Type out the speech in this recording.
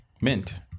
Mint